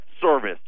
service